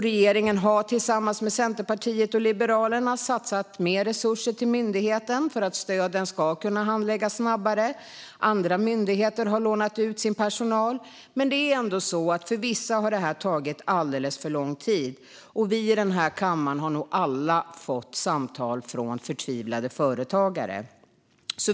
Regeringen har tillsammans med Centerpartiet och Liberalerna satsat mer resurser till myndigheten för att stöden ska kunna handläggas snabbare. Andra myndigheter har lånat ut sin personal. Men för vissa har det här ändå tagit alldeles för lång tid. Vi i den här kammaren har nog alla fått samtal från förtvivlade företagare.